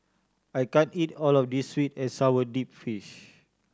I can't eat all of this sweet and sour deep fish